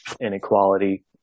inequality